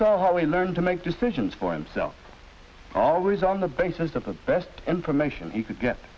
saw how we learned to make decisions for himself always on the basis of the best information he could get